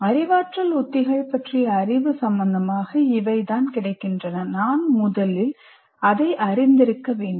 அறிவாற்றல் உத்திகள் பற்றிய அறிவு சம்மந்தமாக இவைதான் கிடைக்கின்றன நான் முதலில் அதை அறிந்திருக்க வேண்டும்